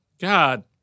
God